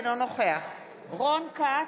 אינו נוכח רון כץ,